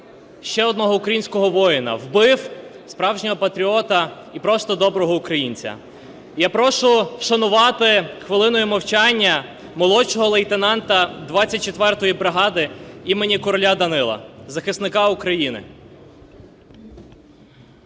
ще одного українського воїна. Вбив справжнього патріота і просто доброго українця. Я прошу вшанувати хвилиною мовчання молодшого лейтенанта 24 бригади імені короля Данила захисника України.